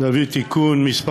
(תיקון מס'